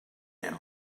him